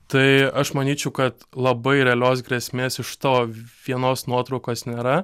tai aš manyčiau kad labai realios grėsmės iš tavo vienos nuotraukos nėra